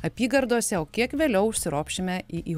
apygardose o kiek vėliau užsiropšime į į